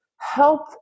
help